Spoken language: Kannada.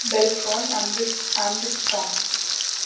ಬೆಲ್ಫ್ರೋಡ್ ಅಂಬ್ರಿಸ್ ಆಂಬಿಸ್ಟ್ರಾಂಗ್